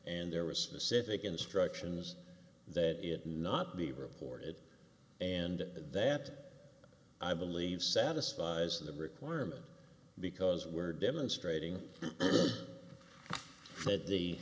and there was specific instructions that it not be reported and that i believe satisfies the requirement because we were demonstrating th